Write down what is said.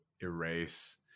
erase